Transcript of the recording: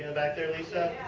back there lisa?